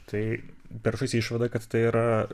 tai peršasi išvada kad tai yra